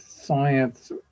science